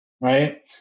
right